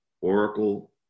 Oracle